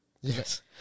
Yes